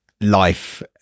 life